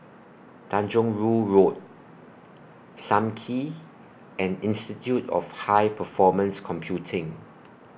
Tanjong Rhu Road SAM Kee and Institute of High Performance Computing